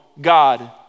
God